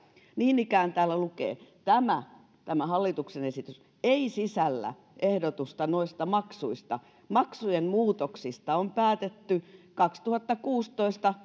niin ikään täällä lukee tämä tämä hallituksen esitys ei sisällä ehdotusta noista maksuista maksujen muutoksista on päätetty kaksituhattakuusitoista